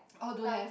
oh don't have